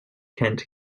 kent